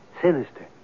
sinister